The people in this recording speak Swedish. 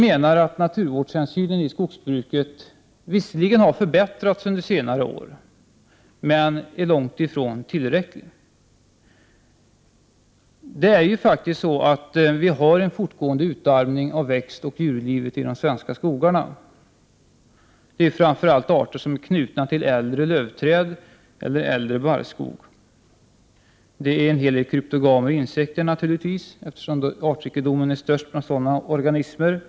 Visserligen har det skett en förbättring i detta sammanhang under senare år, men naturvårdshänsynen är ändå långt ifrån tillräcklig. Utarmningen av växtoch djurlivet i de svenska skogarna fortsätter ju. Framför allt gäller det sådana arter som är knutna till äldre lövträd eller äldre barrskog. Det handlar då om en hel del kryptogamer och insekter, eftersom artrikedomen är störst bland dessa organismer.